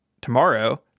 tomorrow